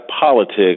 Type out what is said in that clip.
politics